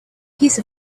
piece